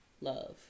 love